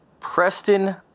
Preston